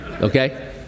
Okay